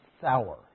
sour